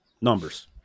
Numbers